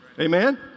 amen